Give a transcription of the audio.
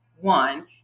one